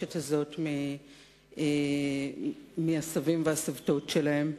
למורשת הזאת מהסבים והסבתות שלהם,